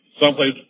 someplace